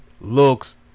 looks